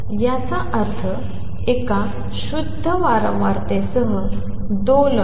याचा अर्थ एका शुद्ध वारंवारतेसह दोलन